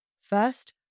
First